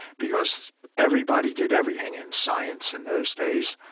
because everybody did everything in science in those days,